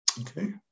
okay